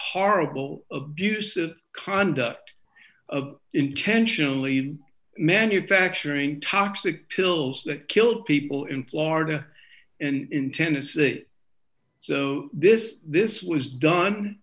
horrible abusive conduct of intentionally manufacturing toxic pills that killed people in florida and in tennessee so this this was done